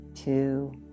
two